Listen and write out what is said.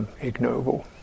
ignoble